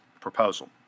proposal